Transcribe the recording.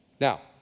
Now